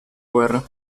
guerra